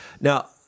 Now